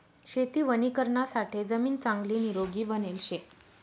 शेती वणीकरणासाठे जमीन चांगली निरोगी बनेल शे